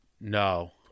No